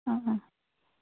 অঁ অঁ